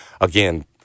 again